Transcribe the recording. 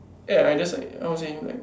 eh I just like how to say is like